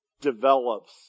develops